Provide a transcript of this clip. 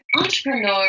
entrepreneur